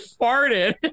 farted